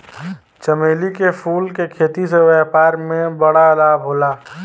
चमेली के फूल के खेती से व्यापार में बड़ा लाभ होला